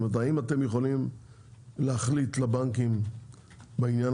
האם אתם יכולים להחליט לבנקים בעניין